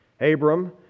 Abram